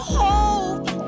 hope